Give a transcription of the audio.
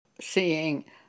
seeing